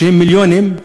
של מיליונים,